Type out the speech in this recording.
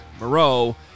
Moreau